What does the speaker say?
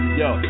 yo